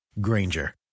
granger